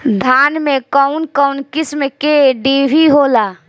धान में कउन कउन किस्म के डिभी होला?